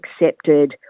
accepted